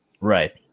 right